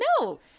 no